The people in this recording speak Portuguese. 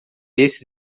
esses